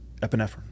epinephrine